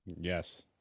yes